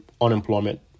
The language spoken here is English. Unemployment